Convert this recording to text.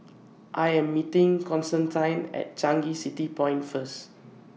I Am meeting Constantine At Changi City Point First